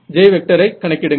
J ஐ கணக்கிடுங்கள்